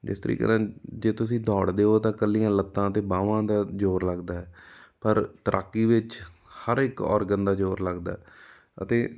ਜਿਸ ਤਰੀਕੇ ਨਾਲ ਜੇ ਤੁਸੀਂ ਦੌੜਦੇ ਹੋ ਤਾਂ ਇਕੱਲੀਆਂ ਲੱਤਾਂ ਅਤੇ ਬਾਹਵਾਂ ਦਾ ਜ਼ੋਰ ਲੱਗਦਾ ਹੈ ਪਰ ਤੈਰਾਕੀ ਵਿੱਚ ਹਰ ਇੱਕ ਔਰਗਨ ਦਾ ਜ਼ੋਰ ਲੱਗਦਾ ਅਤੇ